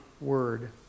word